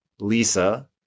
Lisa